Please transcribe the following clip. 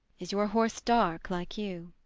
is your horse dark like you?